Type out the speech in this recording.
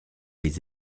les